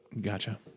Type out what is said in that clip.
Gotcha